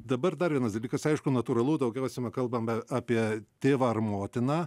dabar dar vienas dalykas aišku natūralu daugiausiame kalbame apie tėvą ar motiną